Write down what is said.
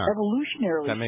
Evolutionarily